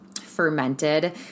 fermented